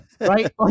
right